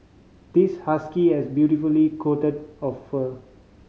this husky has beautifully coat of fur